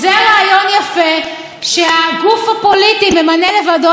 זה רעיון יפה שהגוף הפוליטי ממנה לבדו את